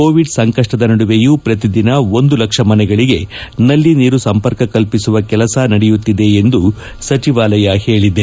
Covid ಸಂಕಷ್ಷದ ನಡುವೆಯೂ ಪ್ರತಿದಿನ ಒಂದು ಲಕ್ಷ ಮನೆಗಳಿಗೆ ನಲ್ಲಿ ನೀರು ಸಂಪರ್ಕ ಕಲ್ತಿಸುವ ಕೆಲಸ ನಡೆಯುತ್ತಿದೆ ಎಂದು ಸಚಿವಾಲಯ ಹೇಳಿದೆ